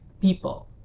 people